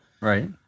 Right